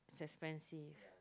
it's expensive